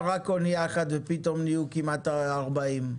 רק אונייה אחת ופתאום נהיו כמעט 40?